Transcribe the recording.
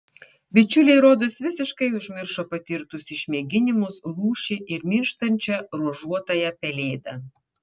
bičiuliai rodos visiškai užmiršo patirtus išmėginimus lūšį ir mirštančią ruožuotąją pelėdą